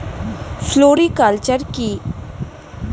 Floriculture কি?